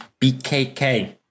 bkk